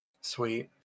Sweet